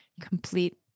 complete